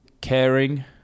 caring